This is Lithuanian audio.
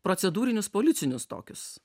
procedūrinius policinius tokius